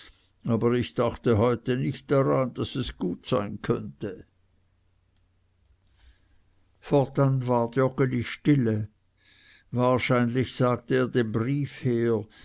aber ich dachte heute nicht dar an daß es gut sein könnte fortan ward joggeli stille wahrscheinlich sagte er den brief her